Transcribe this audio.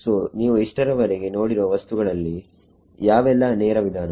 so ನೀವು ಇಷ್ಟರವರೆಗೆ ನೋಡಿರುವ ವಸ್ತುಗಳಲ್ಲಿ ಯಾವೆಲ್ಲಾ ನೇರ ವಿಧಾನಗಳು